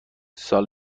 سال